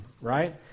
right